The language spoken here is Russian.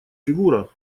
фигура